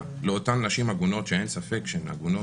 לאותן נשים עגונות שאין ספק שהן עגונות,